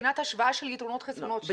מבחינת השוואה של יתרונות וחסרונות.